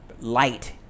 light